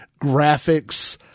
graphics